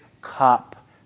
cup